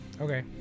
Okay